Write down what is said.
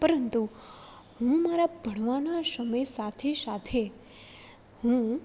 પરંતુ હું મારા ભણવાના સમય સાથે સાથે હું